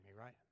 right